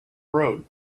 road